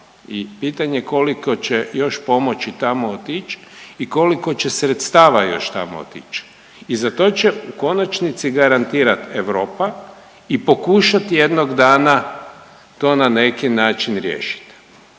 pitanje koliko će još pomoći tamo otić i koliko će sredstava još tamo otić i za to će u konačnici garantirat Europa i pokušat jednog dana to na neki način riješiti.